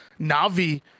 Na'Vi